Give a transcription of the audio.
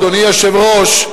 אדוני היושב-ראש,